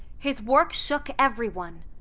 his work shook everyone.